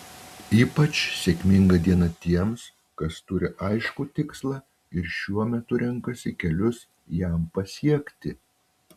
ypač sėkminga diena tiems kas turi aiškų tikslą ir šiuo metu renkasi kelius jam pasiekti